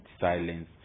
silence